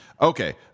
Okay